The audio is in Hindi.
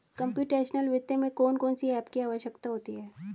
कंप्युटेशनल वित्त में कौन कौन सी एप की आवश्यकता होती है